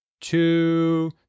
two